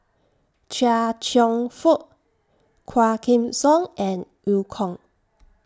Chia Cheong Fook Quah Kim Song and EU Kong